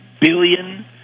billion